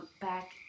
back